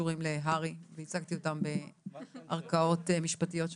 שקשורים להר"י וייצגתי אותם בערכאות משפטיות שונות.